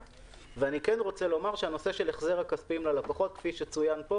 הנושא של ההחזר הכספי ללקוחות, כפי שצוין פה